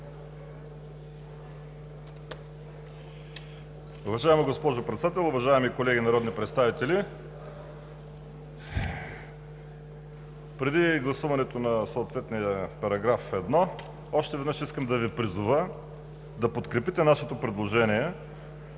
Уважаема госпожо Председател, уважаеми колеги народни представители! Преди гласуването на съответния § 1 още веднъж искам да Ви призова да подкрепите нашето предложение